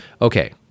okay